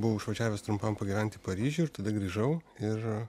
buvau išvažiavęs trumpam pagyvent į paryžių ir tada grįžau ir